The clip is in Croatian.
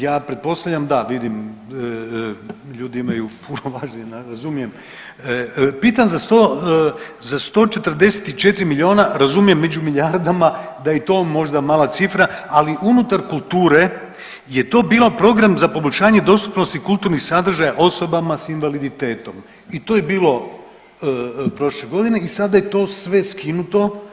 Ja pretpostavljam, da vidim ljudi imaju puno važnije, razumijem, pitam za 144 milijuna razumijem među milijardama da je i to možda mala cifra ali unutar kulture je to bio program za poboljšanje dostupnosti kulturnih sadržaja osobama s invaliditetom i to je bilo prošle godine i sada je to sve skinuto.